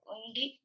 Undi